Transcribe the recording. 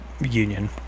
union